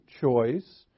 choice